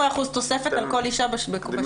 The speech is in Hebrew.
15% תוספת על כל אישה בשלישייה הראשונה.